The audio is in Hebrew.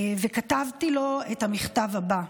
וכתבתי לו את המכתב הבא: